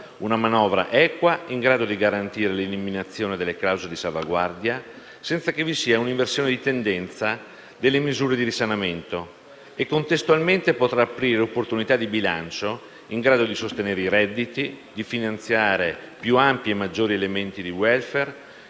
una manovra equa, in grado di garantire l'eliminazione delle clausole di salvaguardia, senza che vi sia un'inversione di tendenza delle misure di risanamento, e contestualmente potrà aprire opportunità di bilancio in grado di sostenere i redditi, di finanziare più ampi e maggiori elementi di *welfare*